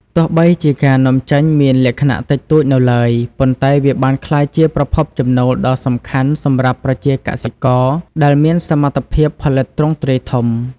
ទោះបីជាការនាំចេញមានលក្ខណៈតិចតួចនៅឡើយ ប៉ុន្តែវាបានក្លាយជាប្រភពចំណូលដ៏សំខាន់សម្រាប់ប្រជាកសិករដែលមានសមត្ថភាពផលិតទ្រង់ទ្រាយធំ។